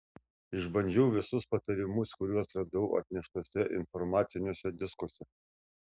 išbandžiau visus patarimus kuriuos radau atneštuose informaciniuose diskuose